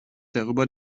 darüber